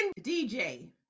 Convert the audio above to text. DJ